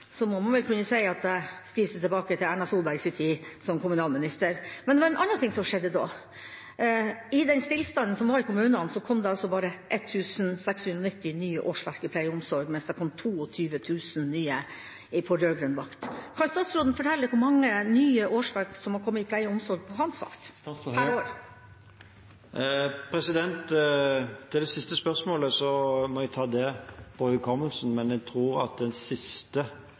må man vel kunne si at man kan hilse tilbake til Erna Solbergs tid som kommunalminister. Men det var en annen ting som skjedde da. I den stillstanden som var i kommunene, kom det altså bare 1 690 nye årsverk i pleie og omsorg, mens det kom 22 000 nye på rød-grønn vakt. Kan statsråden fortelle hvor mange nye årsverk som har kommet i pleie og omsorg per år på hans vakt? Når det gjelder det siste spørsmålet, må jeg ta det på hukommelsen, men jeg tror at de siste